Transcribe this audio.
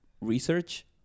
research